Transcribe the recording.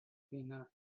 kvina